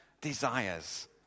desires